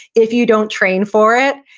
if you don't train for it,